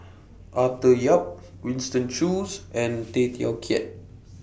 Arthur Yap Winston Choos and Tay Teow Kiat